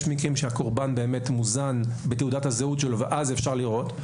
יש מקרים שהקורבן באמת מוזן בתעודת הזהות שלו ואז אפשר לראות.